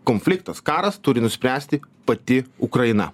konfliktas karas turi nuspręsti pati ukraina